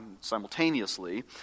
simultaneously